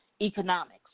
economics